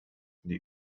the